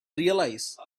realise